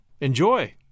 Enjoy